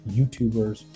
YouTubers